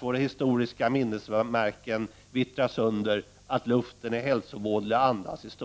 Våra historiska minnesmärken vittrar sönder och luften är hälsovådlig att andas.